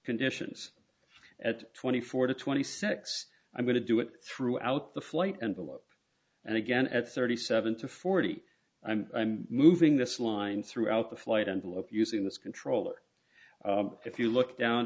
conditions at twenty four to twenty six i'm going to do it throughout the flight envelope and again at thirty seven to forty i'm moving this line throughout the flight envelope using this controller if you look down